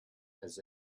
has